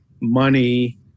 money